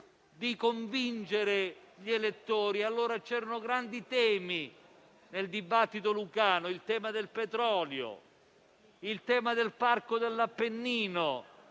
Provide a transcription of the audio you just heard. di convincere gli elettori. Allora c'erano grandi temi nel dibattito lucano (il petrolio e il parco dell'Appennino)